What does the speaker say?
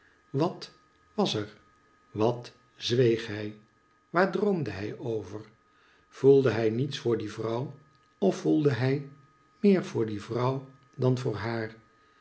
wit was er wat zweeg hij waar droomde hij over voelde hij niets voor die vrouw of voelde hij meer voor die vrouw dan voor haar